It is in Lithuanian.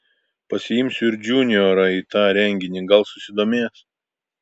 pasiimsiu ir džiuniorą į tą renginį gal susidomės